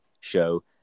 show